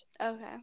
Okay